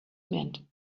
meant